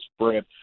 spread